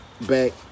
back